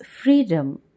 freedom